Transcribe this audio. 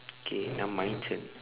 K now my turn